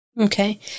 Okay